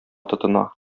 тотына